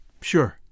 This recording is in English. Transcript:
Sure